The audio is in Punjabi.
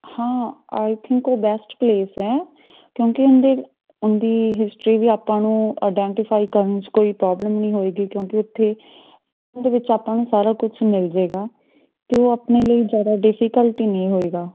ਹਾਂ ਆਈ ਥਿੰਕ ਉਹ ਬੈਸਟ ਪਲੇਸ ਹੈ ਕਿਉਂਕਿ ਉਹਦੇ ਉਹਦੀ ਹਿਸਟਰੀ ਵੀ ਆਪਾਂ ਨੂੰ ਆਈਡੈਂਟੀਫਾਈ ਕਰਨ 'ਚ ਕੋਈ ਪ੍ਰੋਬਲਮ ਨਹੀਂ ਹੋਏਗੀ ਕਿਉਂਕਿ ਉੱਥੇ ਇਹਦੇ ਵਿੱਚ ਆਪਾਂ ਨੂੰ ਸਾਰਾ ਕੁਛ ਮਿਲ ਜਾਏਗਾ ਅਤੇ ਉਹ ਆਪਣੇ ਲਈ ਜ਼ਿਆਦਾ ਡਿਫਿਕਲਟੀ ਨਹੀਂ ਹੋਏਗਾ